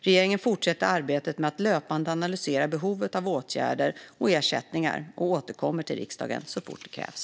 Regeringen fortsätter arbetet med att löpande analysera behovet av åtgärder och ersättningar och återkommer till riksdagen så fort det krävs.